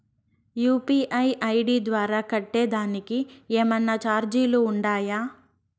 UPI ID ద్వారా కట్టేదానికి ఏమన్నా చార్జీలు ఉండాయా?